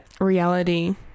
reality